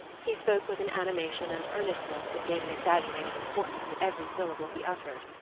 he spoke with an animation and earnestness that gave an exaggerated importance to every syllable he uttered.